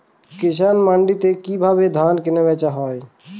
কৃষান মান্ডিতে কি ভাবে ধান কেনাবেচা হয়?